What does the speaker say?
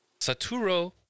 Satoru